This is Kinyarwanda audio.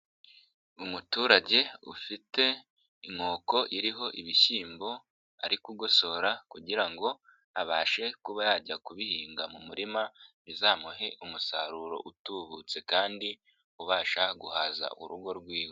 Umuturage ufite inkoko iriho ibishyimbo ari kugosora kugira ngo abashe kuba yajya kubihinga mu murima bizamuhe umusaruro utubutse kandi ubasha guhaza urugo rwiwe.